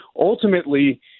ultimately